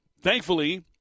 Thankfully